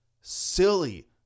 silly